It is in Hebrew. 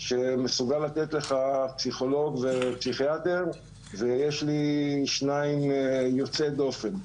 שמסוגל לתת לך פסיכולוג ופסיכיאטר ויש לי שניהם יוצאי דופן.